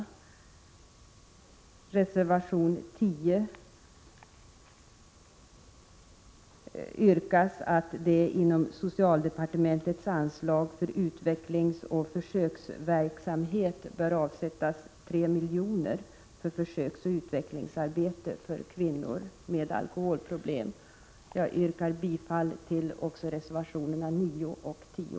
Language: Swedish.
I reservation 10 yrkar man att det inom socialdepartementets anslag till utvecklingsoch försöksverksamhet bör avsättas 3 milj.kr. för försöksoch utvecklingsarbete för kvinnor med alkoholproblem. Jag yrkar bifall även till reservationerna 9 och 10.